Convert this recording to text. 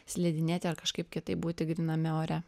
slidinėti ar kažkaip kitaip būti gryname ore